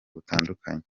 butandukanye